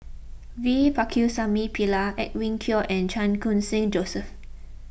V Pakirisamy Pillai Edwin Koek and Chan Khun Sing Joseph